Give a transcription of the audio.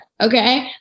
Okay